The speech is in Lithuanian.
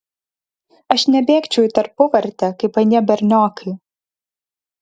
aš nebėgčiau į tarpuvartę kaip anie berniokai